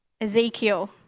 Ezekiel